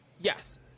Yes